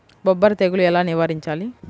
బొబ్బర తెగులు ఎలా నివారించాలి?